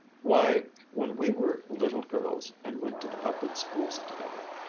why, when we were little girls and went to the public schools together,